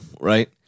Right